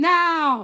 now